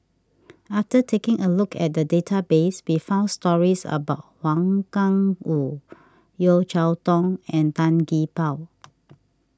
after taking a look at the database we found stories about Wang Gungwu Yeo Cheow Tong and Tan Gee Paw